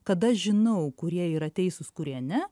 kad aš žinau kurie yra teisūs kurie ne